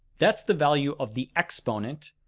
that's the value of the exponent,